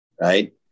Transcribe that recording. right